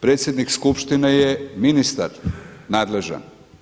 Predsjednik skupštine je ministar nadležan.